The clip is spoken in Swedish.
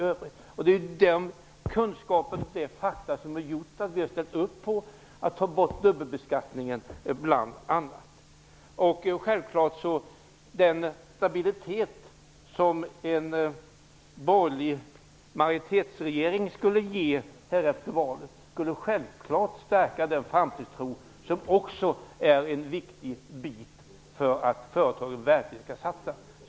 Det är den kunskapen som har gjort att vi har ställt oss bakom bl.a. slopandet av dubbelbeskattningen. Den stabilitet som en borgerlig majoritetsregering skulle ge efter valet skulle självfallet stärka den framtidstro som också är en viktig del för att företagen verkligen skall satsa.